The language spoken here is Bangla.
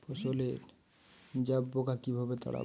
ফসলে জাবপোকা কিভাবে তাড়াব?